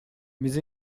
mais